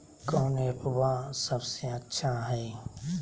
कौन एप्पबा सबसे अच्छा हय?